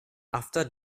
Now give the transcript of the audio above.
after